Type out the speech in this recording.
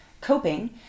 coping